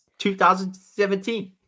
2017